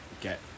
get